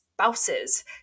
spouses